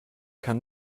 kann